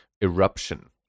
eruption